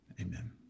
Amen